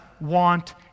want